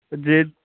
ਪਰ ਜੇ